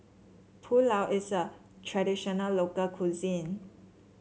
pulao is a traditional local cuisine